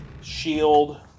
shield